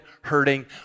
hurting